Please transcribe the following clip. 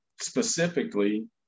specifically